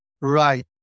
Right